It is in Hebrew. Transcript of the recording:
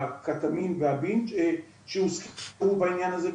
הקטמין והבינג' שהוזכרו בעניין הזה.